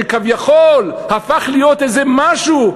שכביכול הפך להיות איזה משהו,